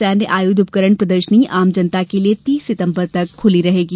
सैन्य आयुध उपकरण प्रदर्शनी आम जनता के लिये तीस सितम्बर तक खुली रहेगी